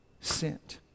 Sent